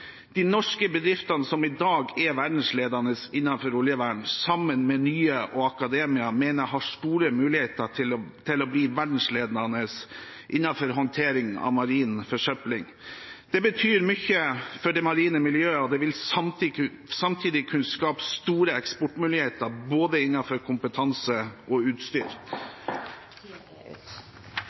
De norske bedriftene som i dag er verdensledende innenfor oljevern, sammen med nye og akademia, mener jeg har store muligheter til å bli verdensledende innenfor håndtering av marin forsøpling. Det betyr mye for det marine miljøet, og det vil samtidig kunne skape store eksportmuligheter innenfor både kompetanse og utstyr.